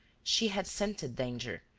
she had scented danger,